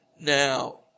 Now